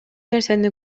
нерсени